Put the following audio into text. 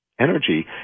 energy